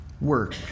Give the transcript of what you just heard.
Work